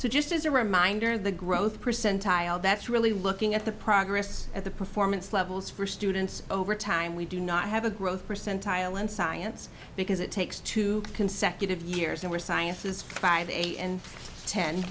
so just as a reminder of the growth percentile that's really looking at the progress at the performance levels for students over time we do not have a growth percentile in science because it takes two consecutive years and where science is five eight and ten